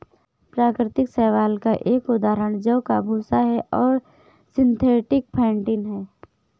प्राकृतिक शैवाल का एक उदाहरण जौ का भूसा है और सिंथेटिक फेंटिन है